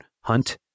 hunt